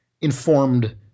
informed